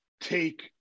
take